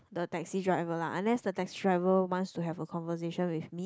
the taxi driver lah unless the taxi driver wants to have a conversation with me